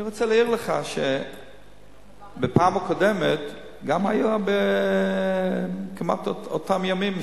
אני רוצה להעיר לך שבפעם הקודמת גם היו כמעט אותם ימי שביתה,